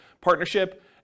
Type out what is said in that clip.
partnership